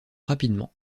rapidement